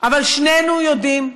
אבל שנינו יודעים,